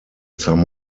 some